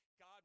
God